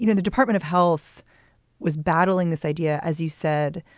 you know the department of health was battling this idea, as you said,